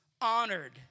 honored